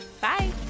Bye